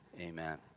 amen